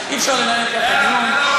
אדוני היושב-ראש, אי-אפשר לנהל ככה דיון.